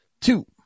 Two